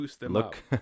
Look